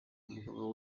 umugabo